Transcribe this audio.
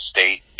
State